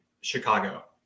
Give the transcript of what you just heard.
Chicago